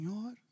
Lord